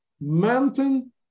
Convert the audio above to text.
mountain